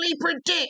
predict